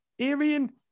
Arian